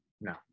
No